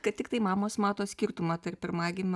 kad tiktai mamos mato skirtumą tarp pirmagimio